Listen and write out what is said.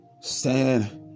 stand